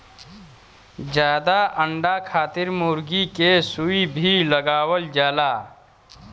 जादा अंडा खातिर मुरगी के सुई भी लगावल जाला